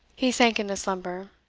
he sank into slumber.